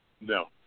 No